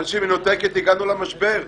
בגלל שהיא מנותקת הגענו למשבר.